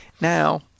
Now